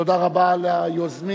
תודה רבה ליוזמים.